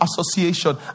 association